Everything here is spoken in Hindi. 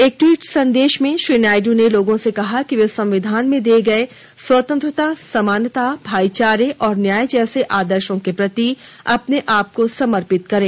एक ट्वीट संदेश में श्री नायडू ने लोगों से कहा है कि वे संविधान में दिए गए स्वतंत्रता समानता भाईचारे और न्याय जैसे आदर्शों के प्रति अपने आपको समर्पित करें